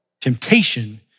temptation